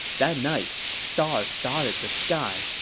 that night, stars dotted the sky,